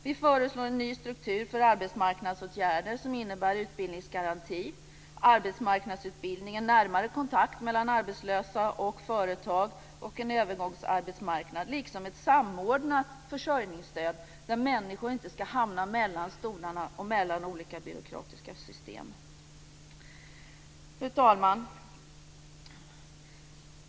Vi föreslår en ny struktur för arbetsmarknadsåtgärder som innebär utbildningsgaranti, arbetsmarknadsutbildning, en närmare kontakt mellan arbetslösa och företag och en övergångsarbetsmarknad liksom ett samordnat försörjningsstöd, där människor inte ska hamna mellan stolarna och mellan olika byråkratiska system. Fru talman!